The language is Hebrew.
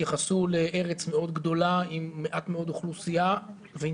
שיתייחסו לארץ מאוד גדולה עם מעט מאוד אוכלוסייה ועם